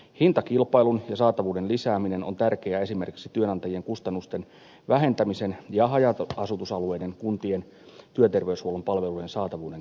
hintakilpailun ja saatavuuden lisääminen on tärkeää esimerkiksi työnantajien kustannusten vähentämisen ja haja asutusalueiden kuntien työterveyshuollon palvelujen saatavuuden kannalta